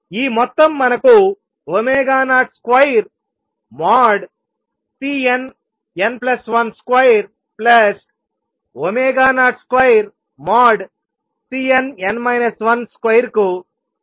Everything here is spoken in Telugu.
ఈ మొత్తం మనకు 02|Cnn1 |202|Cnn 1 |2కు సమానంగా పొందుతాము